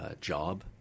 job